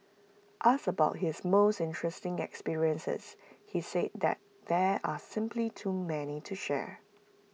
asked about his most interesting experiences he said that there are simply too many to share